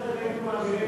מתפזרת היינו מעבירים אותו.